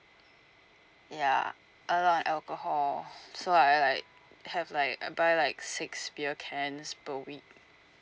ya a lot on alcohol so I like have like I buy like six beer cans per week